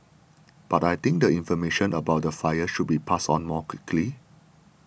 but I think the information about the fire should be passed on more quickly